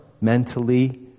mentally